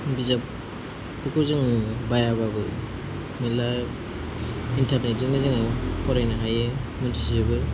बिजाबफोरखौ जोङो बायाबाबो मेरला इन्टारनेटजोंनो जोङो फरायनानै मिन्थिजोबो